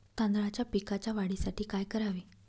तांदळाच्या पिकाच्या वाढीसाठी काय करावे?